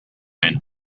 and